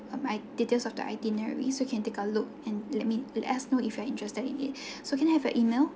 um like details of the itineraries so can take a look and let me let us know if you are interested in it so can I have your email